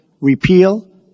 repeal